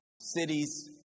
cities